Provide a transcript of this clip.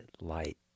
light